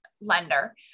lender